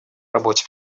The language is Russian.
работе